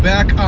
Back